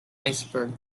iceberg